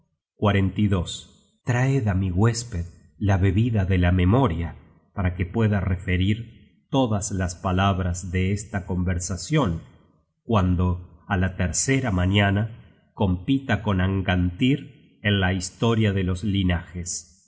encuentro del lobo traed á mi huésped la bebida de la memoria para que pueda referir todas las palabras de esta conversacion cuando á la tercera mañana compita con angantyr en la historia de los linajes